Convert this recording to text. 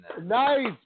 Nice